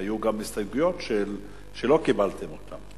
היו גם הסתייגויות שלא קיבלתם אותן.